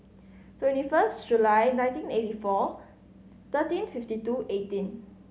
twenty first Jul nineteen eighty four thirteen fifty two eighteen